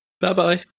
Bye-bye